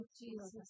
Jesus